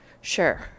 Sure